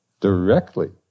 directly